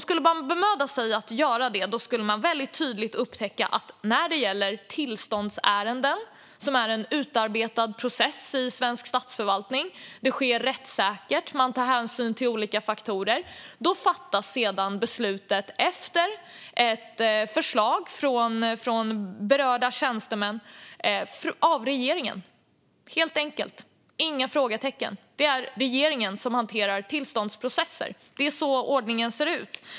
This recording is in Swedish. Skulle man bemöda sig om att göra det skulle man väldigt tydligt upptäcka att när det gäller tillståndsärenden är det en utarbetad process i svensk statsförvaltning som sker rättssäkert, och man tar hänsyn till olika faktorer. Sedan fattas beslutet, efter ett förslag från berörda tjänsteman, av regeringen helt enkelt. Det är inga frågetecken. Det är regeringen som hanterar tillståndsprocesser. Det är så ordningen ser ut.